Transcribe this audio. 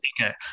okay